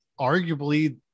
arguably